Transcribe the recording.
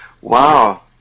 Wow